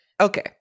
okay